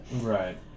Right